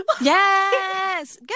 yes